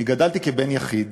אני גדלתי כבן יחיד